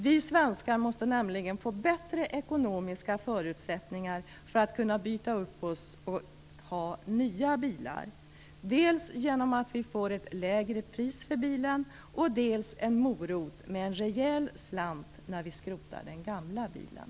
Vi svenskar måste nämligen få bättre ekonomiska förutsättningar för att kunna byta upp oss och ha nya bilar, dels genom att vi får ett lägre pris på bilen, dels genom en morot i form av en rejäl slant när vi skrotar den gamla bilen.